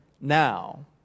now